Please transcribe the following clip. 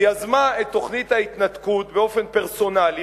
שיזמה את תוכנית ההתנתקות באופן פרסונלי,